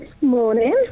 Morning